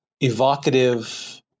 evocative